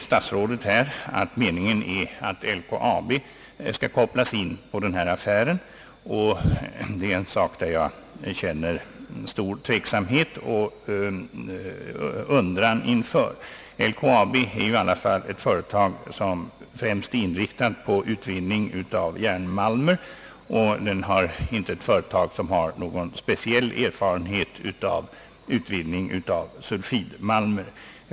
Statsrådet säger nu att meningen är att LKAB skall kopplas in på denna affär. Beträffande den saken känner jag stor tveksamhet och undran. LKAB är ändå ett företag som främst är inriktat på utvinning av järnmalmer och är inte ett företag som har någon speciell erfarenhet i fråga om utvinning av sulfidmalmer.